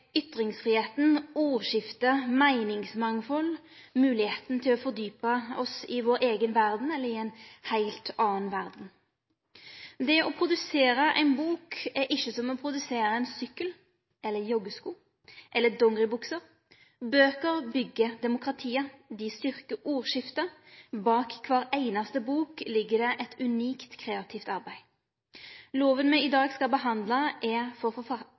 til å fordjupe oss i vår eiga verd eller i ei heilt anna verd. Det å produsere ei bok er ikkje som å produsere ein sykkel, joggesko eller dongeribukse. Bøker byggjer demokratiet, dei styrker ordskiftet – bak kvar einaste bok ligg det eit unikt kreativt arbeid. Loven me i dag skal behandle, er for